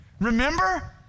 Remember